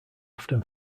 often